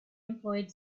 employed